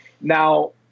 Now